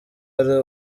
ari